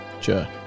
Sure